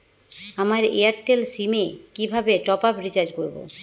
আমার Airtel sim এ কিভাবে টপ আপ রিচার্জ করবো?